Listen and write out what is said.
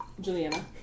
Juliana